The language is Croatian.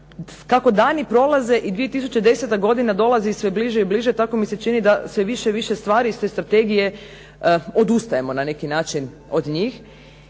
Kako dani prolaze i 2010. godina dolazi sve bliže i bliže tako mi se čini sve više i više stvari iz strategije odustajemo na neki način od njih.